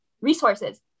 resources